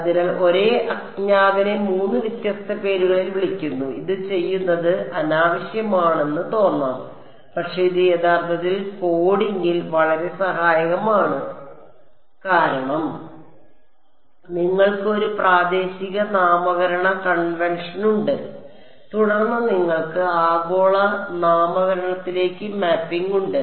അതിനാൽ ഒരേ അജ്ഞാതനെ മൂന്ന് വ്യത്യസ്ത പേരുകളിൽ വിളിക്കുന്നു ഇത് ചെയ്യുന്നത് അനാവശ്യമാണെന്ന് തോന്നാം പക്ഷേ ഇത് യഥാർത്ഥത്തിൽ കോഡിംഗിൽ വളരെ സഹായകരമാണ് കാരണം നിങ്ങൾക്ക് ഒരു പ്രാദേശിക നാമകരണ കൺവെൻഷനുണ്ട് തുടർന്ന് നിങ്ങൾക്ക് ആഗോള നാമകരണത്തിലേക്ക് മാപ്പിംഗ് ഉണ്ട്